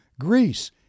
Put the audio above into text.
Greece